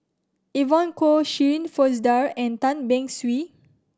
Evon Kow Shirin Fozdar and Tan Beng Swee